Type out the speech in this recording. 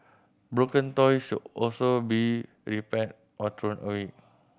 broken toys should also be repaired or thrown away